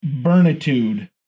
burnitude